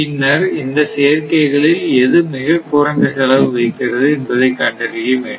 பின்னர் இந்த சேர்க்கை களில் எது மிகக் குறைந்த செலவு வைக்கிறது என்பதை கண்டறிய வேண்டும்